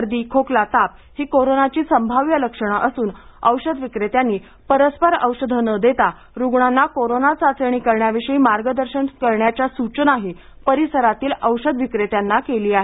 सर्दी खोकला ताप ही कोरोनाची संभाव्य लक्षणे असून औषध विक्रेत्यांनी परस्पर औषधे न देता रूग्णांना कोरोना चाचणी करण्याविषयी मार्गदर्शन करण्याच्या सुचनाही परिसरातील औषध विक्रेत्यांना केली आहे